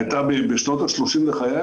הייתה בשנות השלושים לחייה,